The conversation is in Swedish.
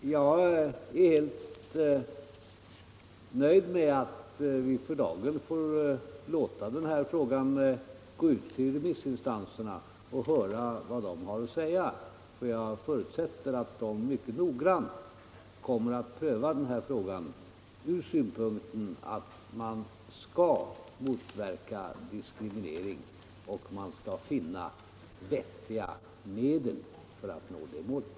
Jag är helt nöjd med att vi för dagen får låta den här frågan gå ut till remissinstanserna och höra vad de har att säga, och jag förutsätter att de mycket noggrant kommer att pröva frågan från den utgångspunkten att man skall motverka diskriminering och söka vettiga medel för att nå det målet.